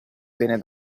bene